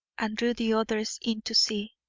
and drew the others in to see.